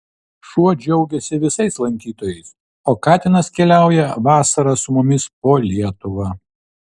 šuo džiaugiasi visais lankytojais o katinas keliauja vasarą su mumis po lietuvą